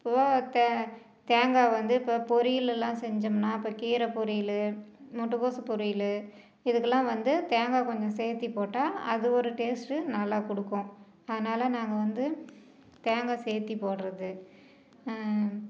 இப்போது தேங்காய் வந்து இப்போ பொரியலுலாம் செஞ்சோம்னா இப்போ கீரை பொரியல் முட்டைகோஸு பொரியல் இதுக்கெல்லாம் வந்து தேங்காய் கொஞ்சம் சேத்து போட்டால் அது ஒரு டேஸ்ட்டு நல்லா கொடுக்கும் அதனால நாங்கள் வந்து தேங்காய் சேத்து போடுறது